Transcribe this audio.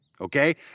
okay